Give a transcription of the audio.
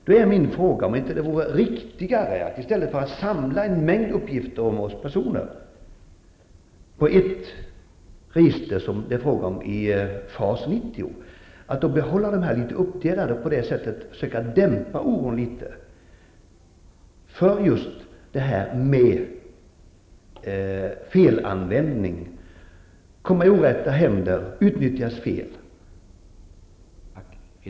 Då är min fråga om det inte, i stället för att samla en mängd uppgifter om oss personer i ett register som det är fråga om i FAS 90, vore riktigare att behålla registren uppdelade och på det sättet försöka dämpa oron för just felanvändning av register, för att de kommer i orätta händer och utnyttjas fel.